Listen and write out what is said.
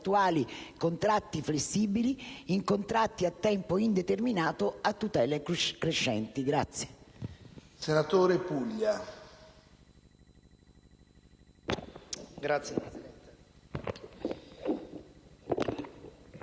attuali contratti flessibili in contratti a tempo indeterminato a tutele crescenti.